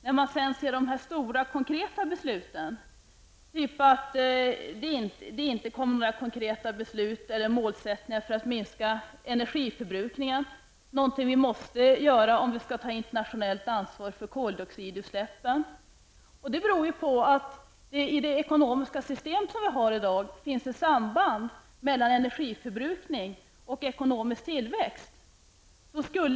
När man sedan ser att det inte kommer några konkreta beslut eller målsättningar för att minska energiförbrukningen -- någonting vi måste göra om vi skall ta internationellt ansvar för koldioxidutsläppen -- beror det ju på att det finns ett samband mellan energiförbrukning och ekonomisk tillväxt i det ekonomiska system som vi har i dag.